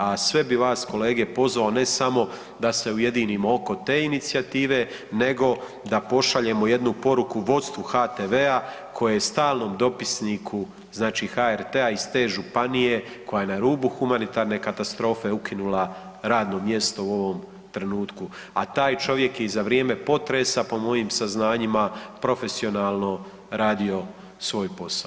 A sve bi vas kolege pozvao ne samo da se ujedinimo oko te inicijative nego da pošaljemo jednu poruku vodstvu HTV-a koje je stalnom dopisniku, znači HRT-a iz te županije koja je na rubu humanitarne katastrofe ukinula radno mjesto u ovom trenutku, a taj čovjek je i za vrijeme potresa, po mojim saznanjima, profesionalno radio svoj posao.